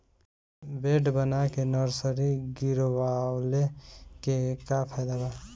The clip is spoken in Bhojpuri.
बेड बना के नर्सरी गिरवले के का फायदा बा?